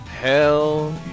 Hell